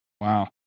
Wow